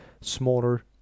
smaller